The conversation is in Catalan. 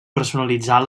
personalitzar